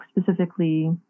specifically